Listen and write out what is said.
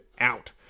out